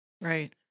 right